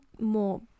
more